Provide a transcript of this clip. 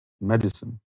medicine